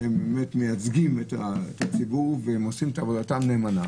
שהם באמת מייצגים והם עושים את עבודתם נאמנה